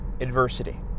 adversity